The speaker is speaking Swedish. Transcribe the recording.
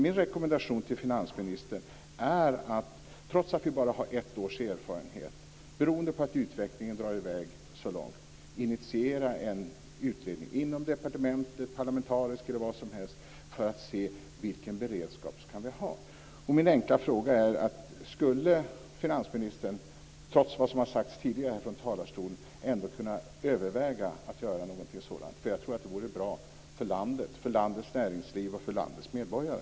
Min rekommendation till finansministern, trots att vi bara har ett års erfarenhet beroende på att utvecklingen drar i väg så långt, är att initiera en utredning inom departementet eller parlamentariskt för att se vilken beredskap vi skall ha. Min enkla fråga är: Skulle finansministern, trots vad som har sagts från talarstolen, ändå kunna överväga att göra något sådant? Jag tror att det vore bra för landet, för landets näringsliv och för landets medborgare.